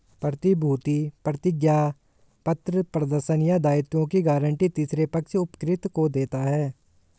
प्रतिभूति प्रतिज्ञापत्र प्रदर्शन या दायित्वों की गारंटी तीसरे पक्ष उपकृत को देता है